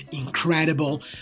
incredible